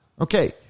Okay